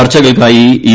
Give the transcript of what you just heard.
ചർച്ചകൾക്കായി യു